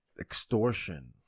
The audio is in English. extortion